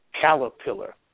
caterpillar